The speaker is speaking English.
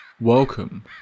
Welcome